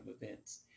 events